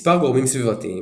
מספר גורמים סביבתיים,